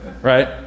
Right